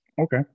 Okay